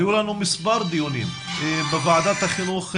היו לנו מספר דיונים בוועדת החינוך ב-2017.